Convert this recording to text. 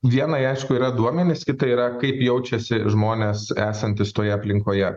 viena aišku yra duomenis kita yra kaip jaučiasi žmonės esantys toje aplinkoje